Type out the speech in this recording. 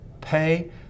pay